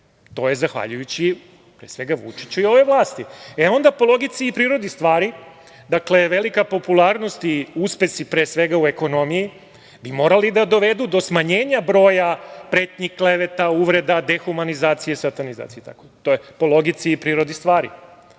To je zahvaljujući pre svega Vučiću i ovoj vlasti. Onda, po logici i prirodi stvari, dakle, velika popularnost i uspesi pre svega u ekonomiji bi morali da dovedu do smanjenja broja pretnji, kleveta, uvreda, dehumanizacije, satanizacije itd, to je po logici i prirodi stvari.